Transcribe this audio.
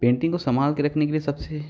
painting को संभाल के रखने के लिए सबसे